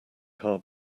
car